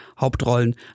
Hauptrollen